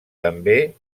també